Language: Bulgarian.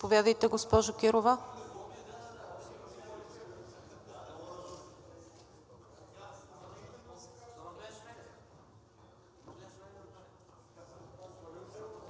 Заповядайте, госпожо Кирова.